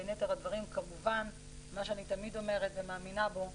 בין יתר הדברים כמובן מה שאני תמיד אומרת ומאמינה בו,